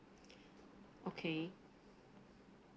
okay